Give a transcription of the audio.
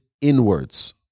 inwards